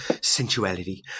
sensuality